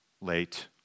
late